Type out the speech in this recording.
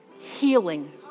healing